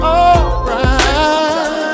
alright